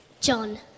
John